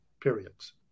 periods